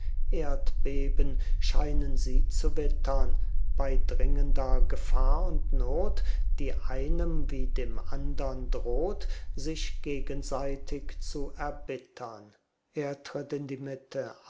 erdbeben scheinen sie zu wittern bei dringender gefahr und not die einem wie dem andern droht sich gegenseitig zu erbittern er tritt in die mitte